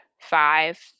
five